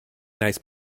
nice